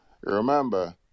remember